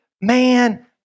Man